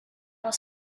was